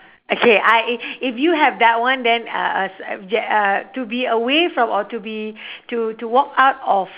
okay I if you have that one then uh a subj~ uh to be away from or to be to to walk out of